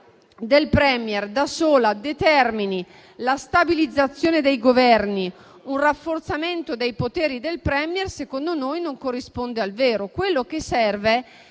del *Premier* da sola determini la stabilizzazione dei Governi e un rafforzamento dei poteri del *Premier* secondo noi non corrisponde al vero. Quello che serve